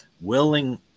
willing